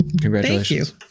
Congratulations